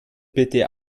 bitte